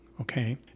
okay